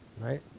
Right